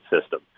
system